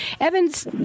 Evans